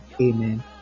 Amen